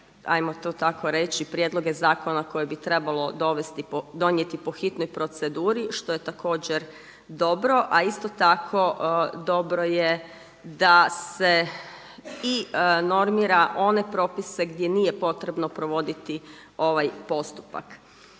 'ajmo to tako reći prijedloge zakona koje bi trebalo donijeti po hitnoj proceduri što je također dobro. A isto tako dobro je da se i normira one propise gdje nije potrebno provoditi ovaj postupak.